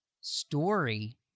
story